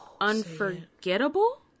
unforgettable